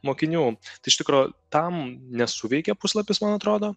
mokinių tai iš tikro tam nesuveikė puslapis man atrodo